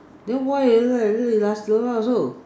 then why you don't like don't like Nasi-Lemak also